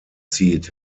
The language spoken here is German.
zieht